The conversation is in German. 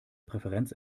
präferenz